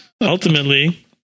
ultimately